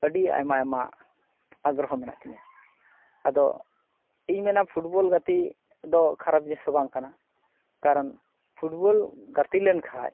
ᱟᱹᱰᱤ ᱟᱭᱢᱟ ᱟᱭᱢᱟ ᱟᱜᱨᱚᱦᱚ ᱢᱮᱱᱟᱜ ᱛᱤᱧᱟᱹ ᱟᱫᱚ ᱤᱧ ᱢᱮᱱᱟ ᱯᱷᱩᱴᱵᱚᱞ ᱜᱟᱛᱮᱜ ᱫᱚ ᱠᱷᱟᱨᱟᱯ ᱡᱤᱱᱤᱥᱫᱚ ᱵᱟᱝ ᱠᱟᱱᱟ ᱠᱟᱨᱚᱱ ᱯᱷᱩᱴᱵᱚᱞ ᱜᱟᱛᱮ ᱞᱮᱱᱠᱷᱟᱡ